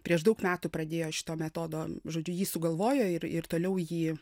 prieš daug metų pradėjo šito metodo žodžiu jį sugalvojo ir ir toliau jį